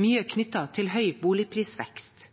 mye knyttet til høy boligprisvekst.